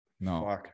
No